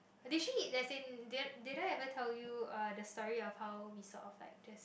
did she as in did did I ever told you uh the story of how we saw of like just